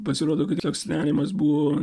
pasirodo kad toks nerimas buvo